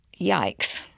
Yikes